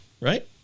right